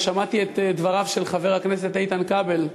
שמעתי את דבריו של חבר הכנסת איתן כבל,